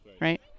right